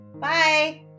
Bye